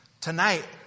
Tonight